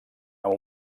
amb